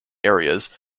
areas